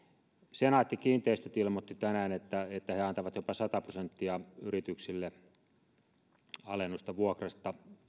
senaatti kiinteistöt ilmoitti tänään että että he antavat yrityksille jopa sata prosenttia alennusta vuokrasta